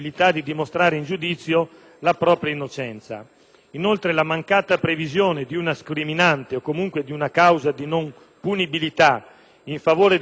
Inoltre, la mancata previsione di una scriminante o, comunque, di una causa di non punibilità in favore delle vittime di tratta, riduzione in schiavitù o in servitù